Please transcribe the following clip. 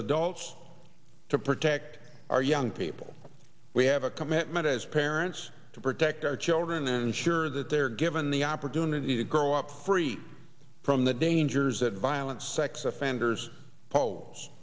adults to protect our young people we have a commitment as parents to protect our children and ensure that they're given the opportunity to grow up free from the dangers that violent sex offenders po